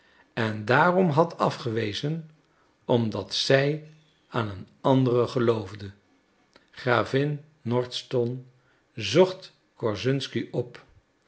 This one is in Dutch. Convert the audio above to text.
en daarom had afgewezen omdat zij aan een anderen geloofde gravin nordston zocht korszunsky op